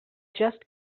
just